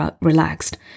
relaxed